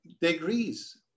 degrees